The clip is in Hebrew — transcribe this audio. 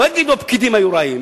לא יגידו הפקידים היו רעים,